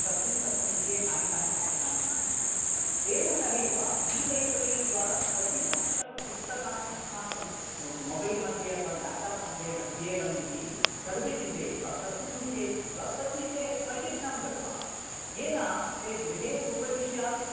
कस्मिन् कस्मिन् विषये कानि कानि पुस्तकानि सन्ति इति तेन सहैव ई लैब्रेरी द्वारा कति लक्षपुस्तकानि अस्माकं मोबैल् मध्ये अथवा लैप्टाप् मध्ये लभ्येरन् इति तदपि चिन्तयित्वा कस्मिन् विषये इति उक्त्वा तद्विषये प्रसिक्षणं दद्म येन ते गृहे उपविश्यापि